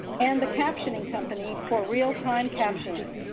and the captioning company for real time captioning.